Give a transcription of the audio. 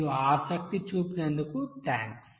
మీరు ఆసక్తి చూపినందుకు థాంక్స్